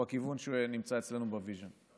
הוא הכיוון שנמצא אצלנו ב-vision.